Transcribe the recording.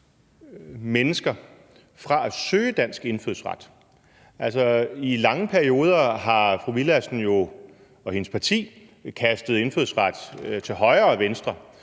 mennesker fra at søge dansk indfødsret? I lange perioder har fru Mai Villadsen og hendes parti jo kastet indfødsret til højre og venstre,